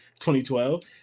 2012